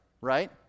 right